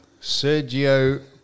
Sergio